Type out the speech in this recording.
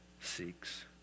seeks